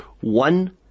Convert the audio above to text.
One